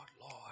Lord